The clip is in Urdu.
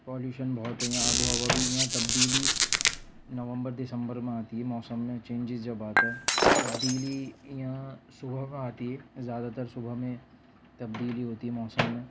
پالیوشن بہت ہے یہاں آب و ہوا بھی یہاں تبدیلی نومبر دسمبر میں آتی ہے موسم میں چینجیز جب آتا ہے تبدیلی یہاں صبح میں آتی ہے زیادہ تر صبح میں تبدیلی ہوتی ہے موسم میں